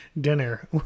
dinner